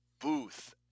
Booth